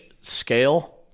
scale